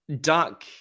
Duck